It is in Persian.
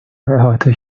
احاطه